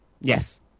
yes